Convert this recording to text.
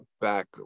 back